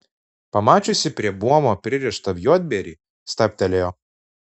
pamačiusi prie buomo pririštą juodbėrį stabtelėjo